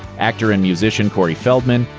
actor and musician corey feldman,